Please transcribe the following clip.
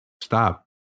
Stop